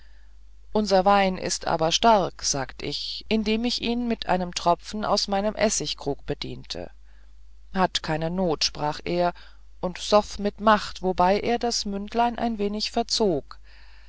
unser wein ist aber stark sagt ich indem ich ihn mit einem tropfen aus meinem essigkrug bediente hat keine not sprach er und soff mit macht wobei er das mündlein ein wenig verzog